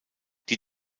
die